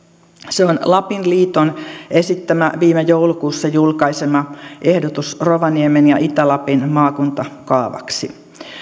se on lapin liiton esittämä viime joulukuussa julkaisema ehdotus rovaniemen ja itä lapin maakuntakaavaksi